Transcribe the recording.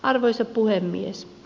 arvoisa puhemies